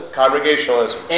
congregationalism